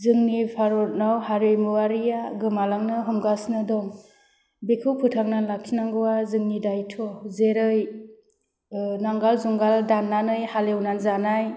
जोंनि भारतआव हारिमुवारिआ गोमालांनो हमगासिनो दं बेखौ फोथांना लाखिनांगौवा जोंनि दायथ' जेरै नांगाल जुंगाल दान्नानै हाल एवनानै जानाय